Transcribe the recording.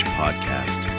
podcast